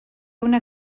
una